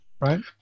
right